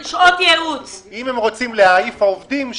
אם הם רוצים להעיף עובדים,